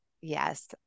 Yes